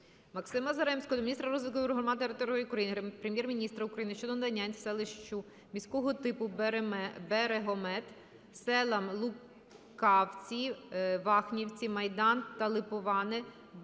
Максима Заремського до міністра розвитку громад та територій України, Прем'єр-міністра України щодо надання селищу міського типу Берегомет, селам Лукавці, Вахнівці, Майдан та Липовани Берегометської